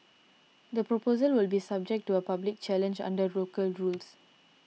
the proposal will be subject to a public challenge under local rules